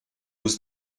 was